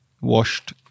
washed